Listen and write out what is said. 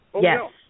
Yes